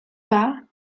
pas